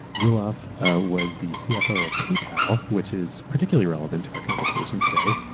roelof was the cfo of paypal which is particularly relevant to our conversation today,